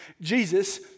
Jesus